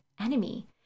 enemy